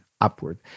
upward